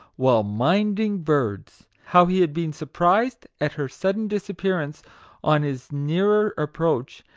while minding birds how he had been surprised at her sudden disappearance on his nearer approach,